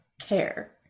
care